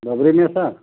बबरी में सर